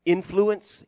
Influence